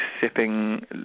sipping